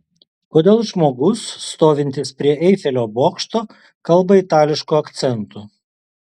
kodėl žmogus stovintis prie eifelio bokšto kalba itališku akcentu